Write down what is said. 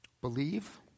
Believe